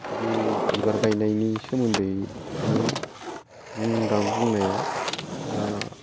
दा बि बिबार गायनायनि सोमोन्दैनो बुंदों बुंनाया दा